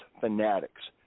fanatics